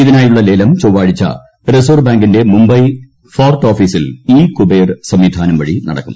ഇതിന്റാ്യുള്ള ലേലം ചൊവ്വാഴ്ച റിസർവ് ബാങ്കിന്റെ മുംബൈ ഷ്ട്രോർട്ട് ഓഫീസിൽ ഇ കുബേർ സംവിധാനം വഴി നടക്കും